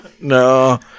No